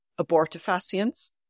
abortifacients